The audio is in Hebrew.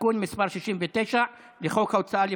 תיקון מס' 69 לחוק ההוצאה לפועל.